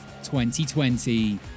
2020